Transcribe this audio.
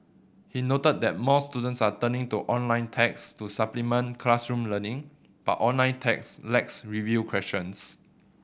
he noted that more students are turning to online text to supplement classroom learning but online text lacks review questions